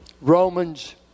Romans